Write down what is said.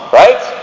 right